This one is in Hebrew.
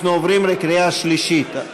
אנחנו עוברים לקריאה שלישית.